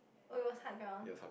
oh it was hard ground